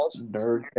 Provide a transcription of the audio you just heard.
nerd